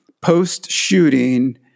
Post-shooting